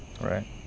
Right